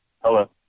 Hello